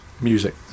music